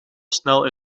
snel